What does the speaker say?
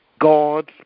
God's